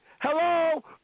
Hello